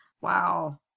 Wow